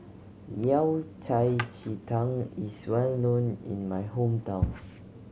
Yao Cai ji tang is well known in my hometown